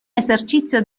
esercizio